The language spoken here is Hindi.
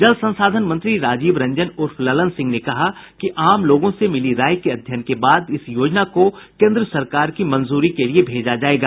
जल संसाधन मंत्री राजीव रंजन उर्फ ललन सिंह ने कहा कि आम लोगों से मिली राय के अध्ययन के बाद इस योजना को केन्द्र सरकार की मंजूरी के लिए भेजा जायेगा